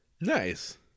Nice